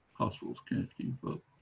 hospitals can't keep up.